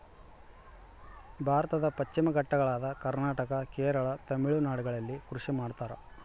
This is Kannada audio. ಭಾರತದ ಪಶ್ಚಿಮ ಘಟ್ಟಗಳಾದ ಕರ್ನಾಟಕ, ಕೇರಳ, ತಮಿಳುನಾಡುಗಳಲ್ಲಿ ಕೃಷಿ ಮಾಡ್ತಾರ?